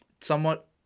somewhat